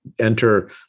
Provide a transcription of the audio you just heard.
enter